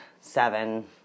seven